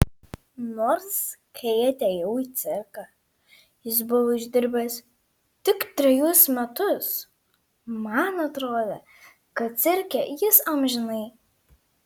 nors kai atėjau į cirką jis buvo išdirbęs tik trejus metus man atrodė kad cirke jis amžinai